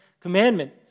Commandment